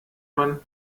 man